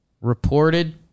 reported